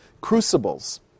crucibles